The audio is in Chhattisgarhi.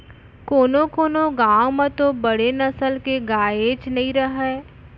कोनों कोनों गॉँव म तो बड़े नसल के गायेच नइ रहय